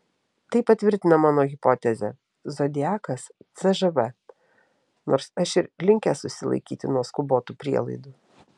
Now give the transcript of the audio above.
tai patvirtina mano hipotezę zodiakas cžv nors aš ir linkęs susilaikyti nuo skubotų prielaidų